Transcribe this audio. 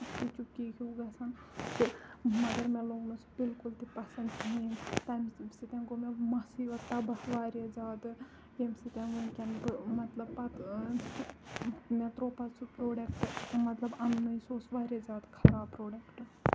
چپکی چپکی ہیوٗ گژھان تہٕ مَگر مےٚ لوٚگ نہٕ سُہ بِلکُل تہِ پَسند کِہیٖنۍ تَمہِ سۭتۍ گوٚو مےٚ مَسٕے یوت تَباہ واریاہ زیادٕ ییٚمہِ سۭتۍ ؤنکٮ۪ن بہٕ مطلب پَتہٕ مےٚ تروو پَتہٕ سُہ پروڈَکٹ مطلب اَنٕنُے سُہ اوس واریاہ زیادٕ خراب پروڈَکٹ